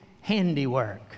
handiwork